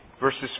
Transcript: verses